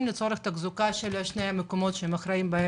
לצורך תחזוקה של שני המקומות שפירטת?